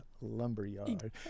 Lumberyard